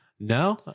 No